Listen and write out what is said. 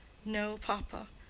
no, papa.